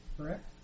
correct